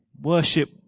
worship